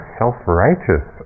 self-righteous